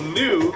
new